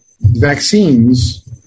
vaccines